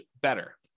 better